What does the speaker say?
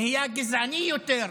נהיה גזעני יותר,